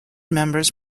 members